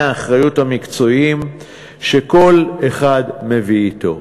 האחריות המקצועיים שכל אחד מביא אתו,